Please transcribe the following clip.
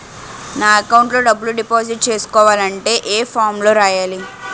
నా అకౌంట్ లో డబ్బులు డిపాజిట్ చేసుకోవాలంటే ఏ ఫామ్ లో రాయాలి?